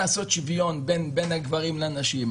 לעשות שוויון בין גברים לנשים,